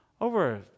Over